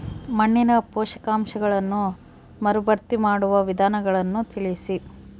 ಮಣ್ಣಿನ ಪೋಷಕಾಂಶಗಳನ್ನು ಮರುಭರ್ತಿ ಮಾಡುವ ವಿಧಾನಗಳನ್ನು ತಿಳಿಸಿ?